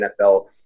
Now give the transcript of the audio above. NFL